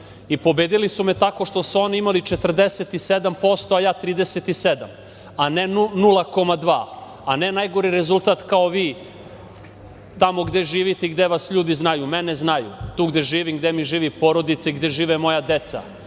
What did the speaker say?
i pobedili su me tako što su oni imali 47%, a ja 37%, a ne 0,2, a ne najgori rezultat kao vi tamo gde živite i gde vas ljudi znaju. Mene znaju tu gde živim, gde mi živi porodica i gde žive moja deca.